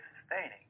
sustaining